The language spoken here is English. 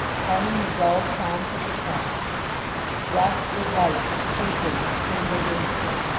counting the dull chimes of the clocks to watch the lights twinkling in chamber windows,